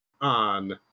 on